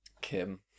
Kim